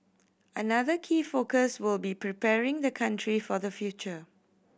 another key focus will be preparing the country for the future